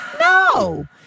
No